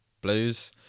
Blues